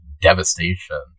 devastation